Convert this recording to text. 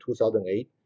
2008